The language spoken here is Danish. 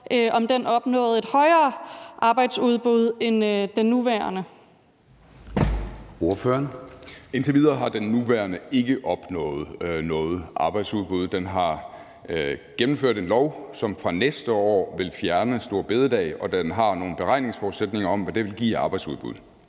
(Søren Gade): Ordføreren. Kl. 13:45 Ole Birk Olesen (LA): Indtil videre har den nuværende ikke opnået noget arbejdsudbud. Den har gennemført en lov, som fra næste år vil fjerne store bededag, og den har nogle beregningsforudsætninger om, hvad det vil give af arbejdsudbud.